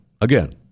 again